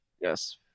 Yes